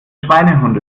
schweinehund